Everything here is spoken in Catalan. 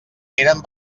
eren